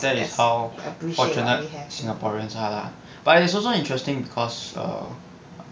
that is how fortunate singaporeans are but is also interesting because err